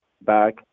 back